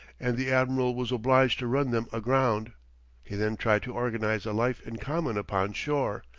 and the admiral was obliged to run them aground he then tried to organize a life in common upon shore.